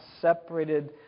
separated